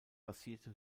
basierte